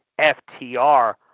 FTR